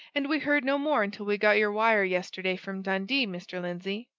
and we heard no more until we got your wire yesterday from dundee, mr. lindsey,